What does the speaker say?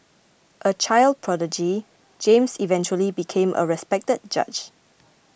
a child prodigy James eventually became a respected judge